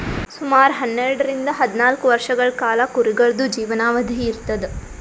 ಸುಮಾರ್ ಹನ್ನೆರಡರಿಂದ್ ಹದ್ನಾಲ್ಕ್ ವರ್ಷಗಳ್ ಕಾಲಾ ಕುರಿಗಳ್ದು ಜೀವನಾವಧಿ ಇರ್ತದ್